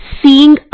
seeing